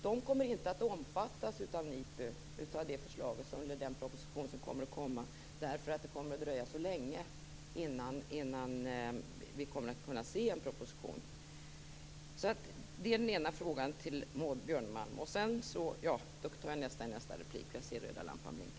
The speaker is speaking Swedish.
De kommer inte att omfattas av NIPU och den proposition som kommer därför att det kommer att dröja så länge innan vi ser en proposition. Det är den ena frågan till Maud Jag tar den andra frågan i nästa replik, eftersom jag ser den röda lampan blinka.